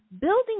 building